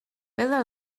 better